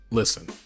listen